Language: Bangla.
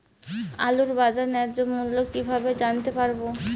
আলুর বাজার ন্যায্য মূল্য কিভাবে জানতে পারবো?